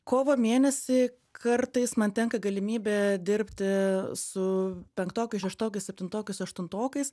kovo mėnesį kartais man tenka galimybė dirbti su penktokais šeštokais septintokais aštuntokais